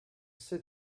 sait